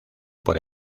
por